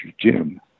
gym